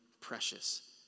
precious